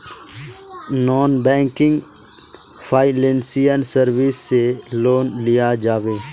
Non banking financial services से loan लिया जाबे?